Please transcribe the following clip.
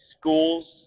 schools